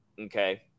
okay